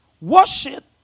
Worship